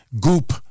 goop